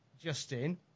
Justin